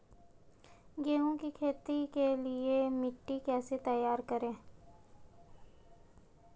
गेहूँ की खेती के लिए मिट्टी कैसे तैयार करें?